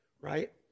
Right